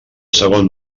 segon